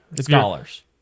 scholars